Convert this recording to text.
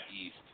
East